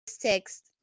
text